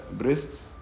breasts